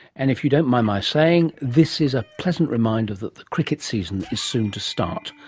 and, if you don't mind my saying, this is a pleasant reminder that the cricket season is soon to start.